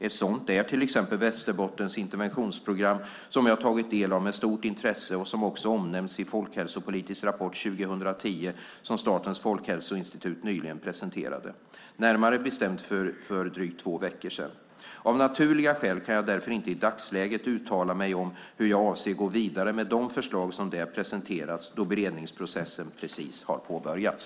Ett sådant är till exempel Västerbottens interventionsprogram som jag tagit del av med stort intresse och som också omnämns i Folkhälsopolitisk rapport 2010 som Statens folkhälsoinstitut nyligen presenterade, närmare bestämt för drygt två veckor sedan. Av naturliga skäl kan jag därför inte i dagsläget uttala mig om hur jag avser att gå vidare med de förslag som där presenterats då beredningsprocessen precis har påbörjats.